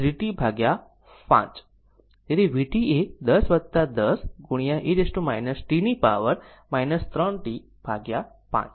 તેથી vt એ 10 10 e t ની પાવર 3 t5 વોલ્ટ